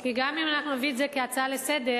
כי גם אם אנחנו נביא את זה כהצעה לסדר,